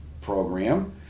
program